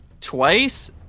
twice